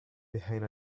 behind